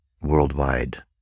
worldwide